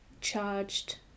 charged